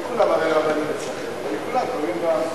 הרי לא כולם רבנים אצלכם, אבל לכולם קוראים רב.